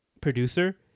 producer